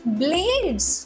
blades